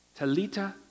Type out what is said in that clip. Talita